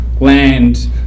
land